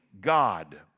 God